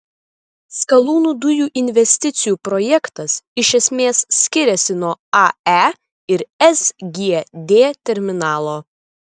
skalūnų dujų investicijų projektas iš esmės skiriasi nuo ae ir sgd terminalo